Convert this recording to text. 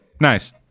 Nice